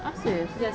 ah serious